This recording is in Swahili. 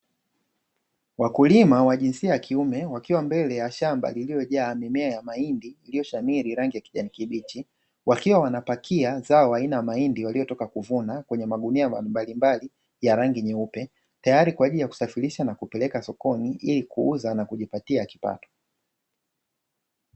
Wakulima wa jinsia ya kiume wakiwa shamba la mbele lililojaa zao aina ya mahindi iliyoshamili rangi ya kijani kibichi, wakiwa wanapakia zao aina ya mahindi waliyotoka kuvuna kwenye magunia mbalimbali ya rangi nyeupe tayali kwaajili ya kusafirisha na kupeleka sokoni ili kuuza na kujipatia kipato.